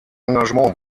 engagement